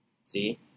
See